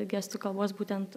gestų kalbos būtent